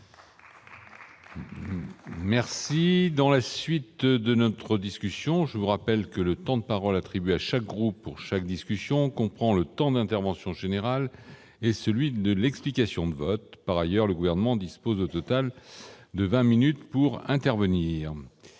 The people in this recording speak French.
2018. Mes chers collègues, je vous rappelle que le temps de parole attribué à chaque groupe pour chaque discussion comprend le temps d'intervention générale et celui de l'explication de vote. Par ailleurs, le Gouvernement dispose au total de 20 minutes pour intervenir.